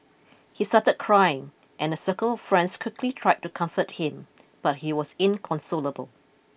he started crying and a circle of friends quickly tried to comfort him but he was inconsolable